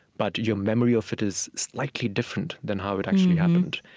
but your memory of it is slightly different than how it actually happened.